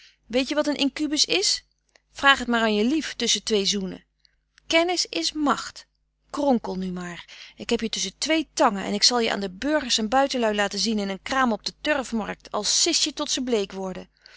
weet je wat een incubus is vraag het maar frederik van eeden van de koele meren des doods an je lief tusschen twee zoenen kennis is macht kronkel nu maar ik heb je tusschen twee tangen en ik zal je aan de burgers en buitenlui laten zien in een kraam op de turfmarkt al sis je tot ze bleek worden